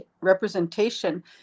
representation